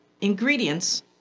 ingredients